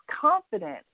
confident